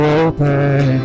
open